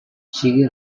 sigui